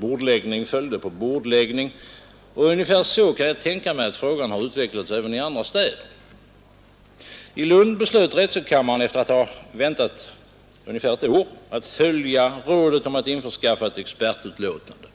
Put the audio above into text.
Bordläggning följde på bordläggning. Ungefär så kan jag tänka mig att frågan har utvecklats även i andra städer. I Lund beslöt drätselkammaren — efter att ha avvaktat ungefär ett år — att följa hälsovårdsnämndens råd om att införskaffa ett expertutlåtande.